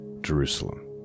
Jerusalem